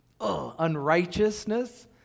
unrighteousness